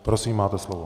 Prosím, máte slovo.